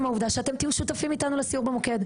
העובדה שאתם תהיו שותפים איתנו לסיור במוקד.